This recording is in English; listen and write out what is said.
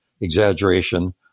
exaggeration